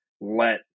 let